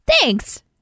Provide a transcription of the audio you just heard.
Thanks